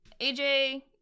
AJ